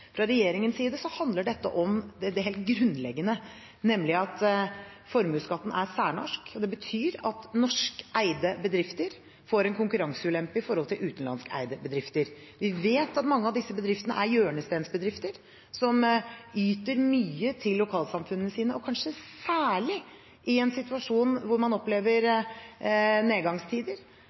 Fra regjeringens side handler dette om det helt grunnleggende, nemlig at formuesskatten er særnorsk. Det betyr at norskeide bedrifter får en konkurranseulempe i forhold til utenlandskeide bedrifter. Vi vet at mange av disse bedriftene er hjørnestensbedrifter som yter mye til lokalsamfunnene sine, og kanskje særlig i en situasjon hvor man opplever nedgangstider.